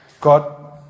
God